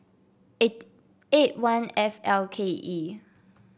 eight eight one F L K E